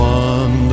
one